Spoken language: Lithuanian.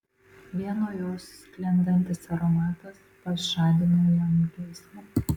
vien nuo jos sklindantis aromatas pažadino jam geismą